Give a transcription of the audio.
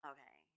Okay